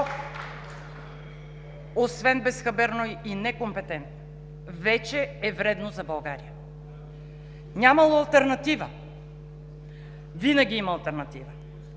освен безхаберно и некомпетентно, вече е вредно за България. Нямало алтернатива?! Винаги има алтернатива.